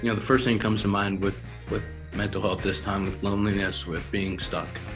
you know the first thing comes to mind with with mental health this time, with loneliness, with being stuck,